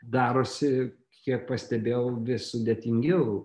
darosi kiek pastebėjau vis sudėtingiau